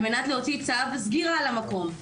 על מנת להוציא צו סגירה למקום.